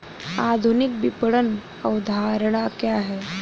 आधुनिक विपणन अवधारणा क्या है?